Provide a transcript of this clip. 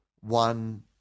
one